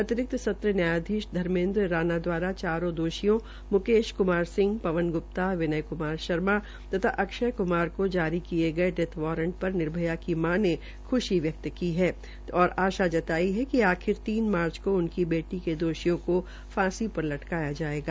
अतिरिक्त सत्र न्यायाधीश धर्मेन्द्र राना द्वारा चारों दोषियों म्केश क्मार सिंह पवन ग्प्ता विनय क्मार शर्मा तथा अक्ष्य क्मार को जारी किये गये डेथ वारंट पर निर्भया की मां ने ख्शी व्यक्त की है और आशा जताई है कि आखिर तीन मार्च को उनकी बेटी के दोषियों को फांसी पर लटकाया जायेगा